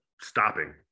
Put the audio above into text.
stopping